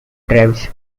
drives